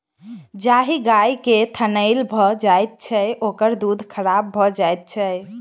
जाहि गाय के थनैल भ जाइत छै, ओकर दूध खराब भ जाइत छै